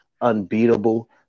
unbeatable